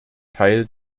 teil